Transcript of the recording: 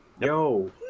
Yo